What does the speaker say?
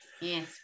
Yes